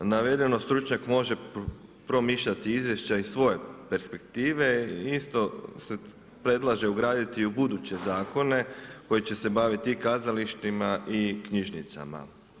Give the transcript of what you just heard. Navedeno stručnjak može promišljati izvješća iz svoje perspektive, isto se predlaže ugraditi u buduće zakone koji će se baviti i kazalištima i knjižnicama.